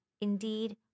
indeed